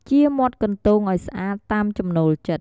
ចៀរមាត់កន្ទោងឲ្យស្អាតតាមចំណូលចិត្ត។